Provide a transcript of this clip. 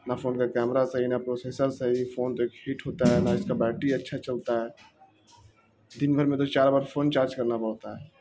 نہ فون کا کیمرہ صیح نہ پروسیسر صحیح فون تو ایک ہیٹ ہوتا ہے نہ اس کا بیٹری اچھا چلتا ہے دن بھر میں تو چار بار فون چارج کرنا پڑتا ہے